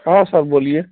ہاں سر بولیے